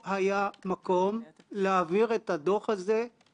דווקא לכן אתה צריך לדאוג להם, לחסכונות שלך...